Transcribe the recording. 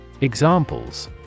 Examples